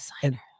Designer